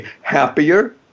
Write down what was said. happier